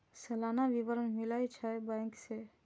सलाना विवरण मिलै छै बैंक से?